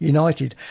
United